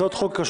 1 .